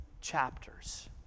chapters